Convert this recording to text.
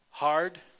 Hard